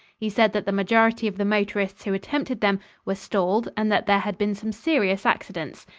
he said that the majority of the motorists who attempted them were stalled and that there had been some serious accidents.